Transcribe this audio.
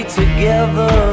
together